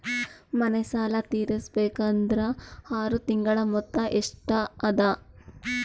ಮನೆ ಸಾಲ ತೀರಸಬೇಕಾದರ್ ಆರ ತಿಂಗಳ ಮೊತ್ತ ಎಷ್ಟ ಅದ?